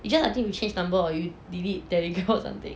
you just I think you change number or you delete that record or something